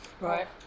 Right